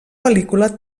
pel·lícula